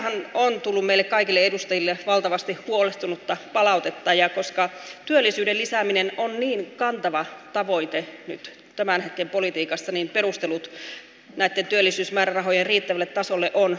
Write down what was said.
aiheestahan on tullut meille kaikille edustajille valtavasti huolestunutta palautetta ja koska työllisyyden lisääminen on niin kantava tavoite nyt tämän hetken politiikassa niin perustelut näitten työllisyysmäärärahojen riittävälle tasolle on olemassa